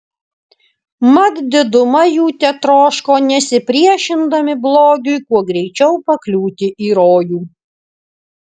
mat diduma jų tetroško nesipriešindami blogiui kuo greičiau pakliūti į rojų